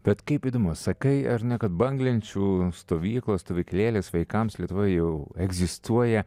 bet kaip įdomu sakai ar ne kad banglenčių stovyklos stovyklėlės vaikams lietuvoj jau egzistuoja